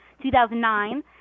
2009